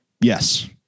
yes